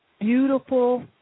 Beautiful